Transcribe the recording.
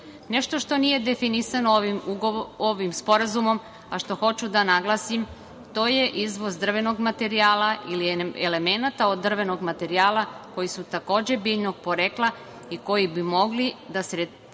Nešto što nije definisano ovim sporazumom, a što hoću da naglasim, to je izvoz drvnog materijala ili elemenata od drvnog materijala koji su takođe biljnog porekla i koji bi mogli da se tretiraju